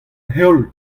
heol